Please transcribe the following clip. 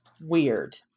weird